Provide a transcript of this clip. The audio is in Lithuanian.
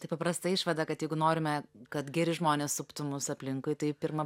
tai paprasta išvada kad jeigu norime kad geri žmonės suptų mus aplinkui tai pirma